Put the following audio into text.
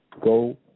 Go